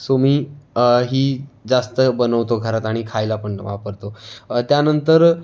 so मी ही जास्त बनवतो घरात आणि खायला पण वापरतो त्यानंतर